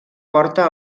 porta